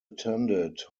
attended